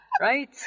Right